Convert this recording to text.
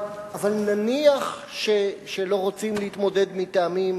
אבל נניח שלא רוצים להתמודד, מטעמים